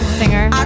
singer